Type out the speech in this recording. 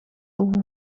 ubu